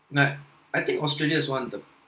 and I think australia is one of the